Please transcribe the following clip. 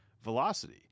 velocity